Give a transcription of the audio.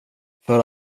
för